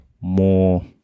more